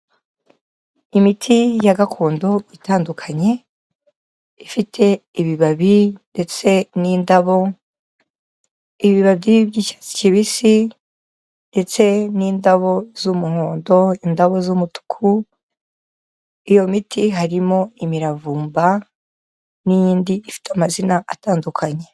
Imiti ya gakondo itandukanye ifite ibibabi ndetse n'indabo, ibibabi by'icyatsi kibisi ndetse n'indabo z'umuhondo, indabo z'umutuku, iyo miti harimo imiravumba n'iyindi ifite amazina atandukanye.